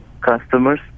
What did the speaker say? customers